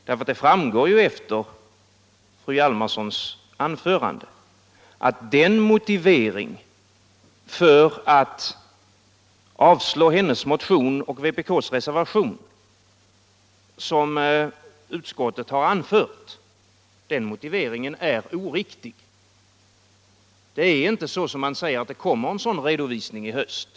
Det framgår av fru Hjalmarssons anförande att den motivering för att avstyrka hennes motion och vpk:s reservation som utskottet anfört är oriktig. Det är inte så som utskottet säger att det kommer en redovisning i höst.